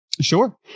Sure